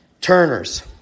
turners